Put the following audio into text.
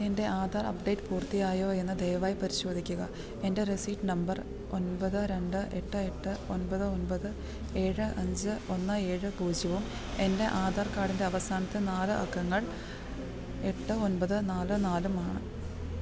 എൻ്റെ ആധാർ അപ്ഡേറ്റ് പൂർത്തിയായോ എന്നു ദയവായി പരിശോധിക്കുക എൻ്റെ രസീപ്റ്റ് നമ്പർ ഒൻപത് രണ്ട് എട്ട് എട്ട് ഒൻപത് ഒൻപത് ഏഴ് അഞ്ച് ഒന്ന് ഏഴ് പൂജ്യവും എൻ്റെ ആധാർക്കാർഡിൻ്റെ അവസാനത്തെ നാല് അക്കങ്ങൾ എട്ട് ഒൻപത് നാല് നാലുമാണ്